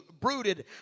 brooded